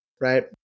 right